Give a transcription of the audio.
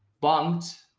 bumped.